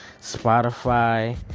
Spotify